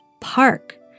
Park